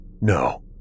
No